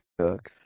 cook